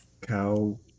cow